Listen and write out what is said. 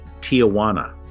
Tijuana